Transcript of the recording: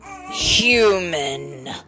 human